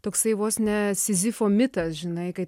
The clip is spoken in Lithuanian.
toksai vos ne sizifo mitas žinai kai